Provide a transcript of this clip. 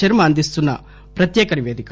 శర్మ అందిస్తున్న ఒక ప్రత్యేక నిపేదిక